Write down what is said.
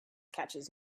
catches